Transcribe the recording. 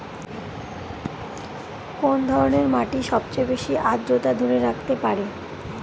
কোন ধরনের মাটি সবচেয়ে বেশি আর্দ্রতা ধরে রাখতে পারে?